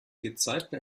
gezeiten